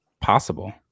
possible